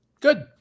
Good